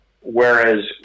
Whereas